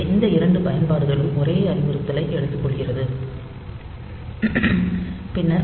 எனவே இந்த இரண்டு பயன்பாடுகளும் ஒரே அறிவுறுத்தலை எடுத்துக் கொள்கிற்து